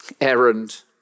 errand